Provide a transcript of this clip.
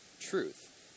truth